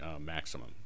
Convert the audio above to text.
maximum